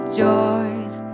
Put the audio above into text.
joys